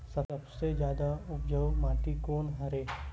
सबले जादा उपजाऊ माटी कोन हरे?